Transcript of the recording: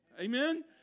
Amen